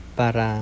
para